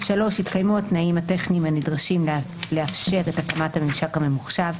התקיימו התנאים הטכניים הנדרשים לאפשר את הקמת הממשק הממוחשב,